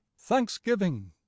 thanksgiving